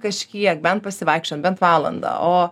kažkiek bent pasivaikščiojam bent valandą o